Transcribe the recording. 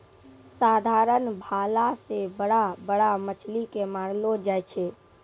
साधारण भाला से बड़ा बड़ा मछली के मारलो जाय छै